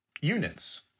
units